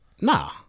Nah